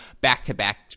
back-to-back